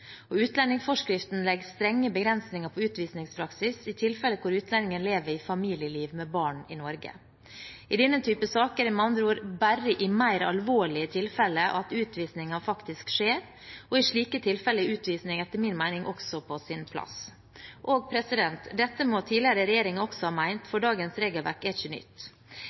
Utlendingsforskriften legger strenge begrensninger på utvisningspraksis i tilfeller hvor utlendingen lever i familieliv med barn i Norge. I denne type saker er det med andre ord bare i mer alvorlige tilfeller at utvisningen faktisk skjer, og i slike tilfeller er utvisning etter min mening også på sin plass. Dette må tidligere regjeringer også ha ment, for dagens regelverk er ikke nytt.